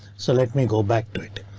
so let me go back to it.